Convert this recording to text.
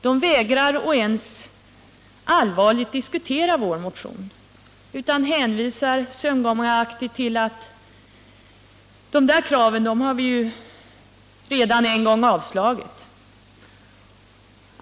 De vägrar att ens allvarligt diskutera vår motion och hänvisar sömngångaraktigt till att ”de där kraven har vi redan en gång avslagit”.